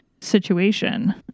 situation